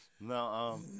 No